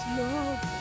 love